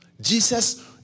Jesus